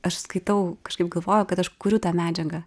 aš skaitau kažkaip galvoju kad aš kuriu tą medžiagą